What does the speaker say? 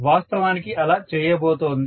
వాస్తవానికి అలా చేయబోతోంది